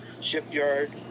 shipyard